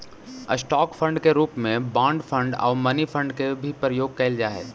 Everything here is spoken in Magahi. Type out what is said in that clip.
स्टॉक फंड के रूप में बॉन्ड फंड आउ मनी फंड के भी प्रयोग कैल जा हई